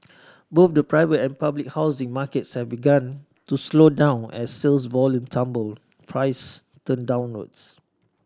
both the private and public housing markets have begun to slow down as sales volume tumble prices turn downwards